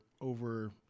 over